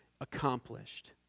accomplished